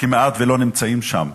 כמעט שלא נמצאים שם.